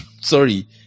sorry